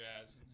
jazz